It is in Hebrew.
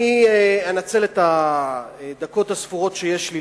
אני אנצל את הדקות הספורות שיש לי,